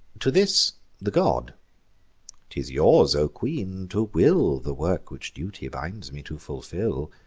to this the god t is yours, o queen, to will the work which duty binds me to fulfil.